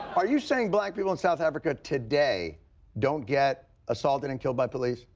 are you saying black people in south africa today don't get assaulted and killed by police?